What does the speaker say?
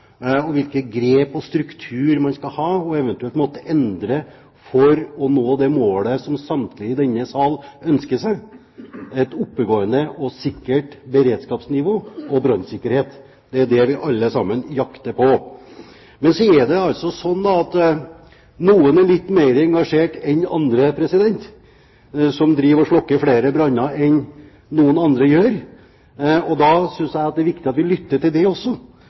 og hvilke grep og strukturer man skal ha, og eventuelt må endre, for å nå det målet som samtlige i denne sal ønsker seg, et oppegående og sikkert beredskapsnivå og brannsikkerhet. Det er det vi alle sammen jakter på. Men så er det altså noen som er litt mer engasjert enn andre, noen som driver og slukker flere branner enn andre gjør, og da synes jeg at det er viktig at vi lytter til det også.